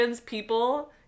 people